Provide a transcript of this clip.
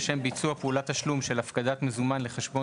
לשם ביצוע פעולת תשלום של הפקדת מזומן לחשבון